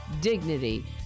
dignity